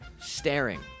Staring